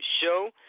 show